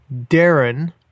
Darren